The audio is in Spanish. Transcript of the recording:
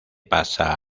pasa